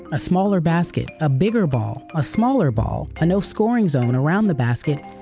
a smaller basket, a bigger ball, a smaller ball, a no scoring zone around the basket,